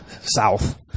south